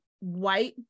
white